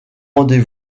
rendez